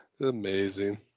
Amazing